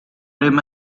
rim